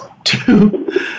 Two